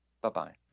Bye-bye